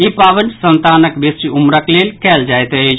ई पावनि संतानक बेसी उम्रक लेल कयल जायत अछि